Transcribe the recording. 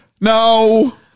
no